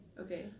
Okay